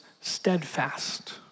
steadfast